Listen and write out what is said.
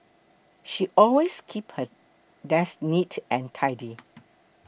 she always keeps her desk neat and tidy